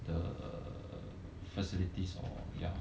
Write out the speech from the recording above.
the facilities all ya